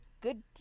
Good